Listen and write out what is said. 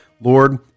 Lord